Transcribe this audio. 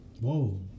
Whoa